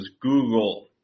Google